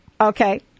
Okay